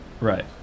Right